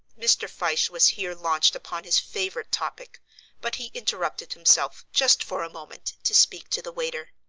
mr. fyshe was here launched upon his favourite topic but he interrupted himself, just for a moment, to speak to the waiter.